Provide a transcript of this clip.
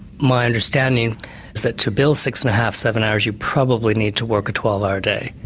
my understanding is that to bill six and a half, seven hours, you probably need to work a twelve hour day.